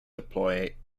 deploy